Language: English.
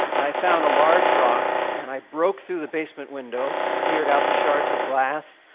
i found a large rock and i broke through the basement window, cleared out the shards of glass,